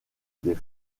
des